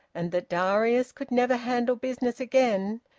and that darius could never handle business again,